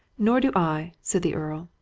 nor do i! said the earl.